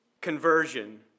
conversion